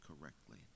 correctly